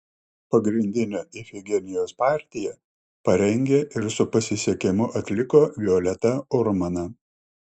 pagrindinę ifigenijos partiją parengė ir su pasisekimu atliko violeta urmana